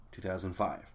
2005